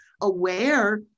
aware